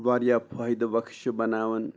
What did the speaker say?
واریاہ فٲیِدٕ بَخٕش چھِ بَناوان